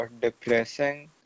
depressing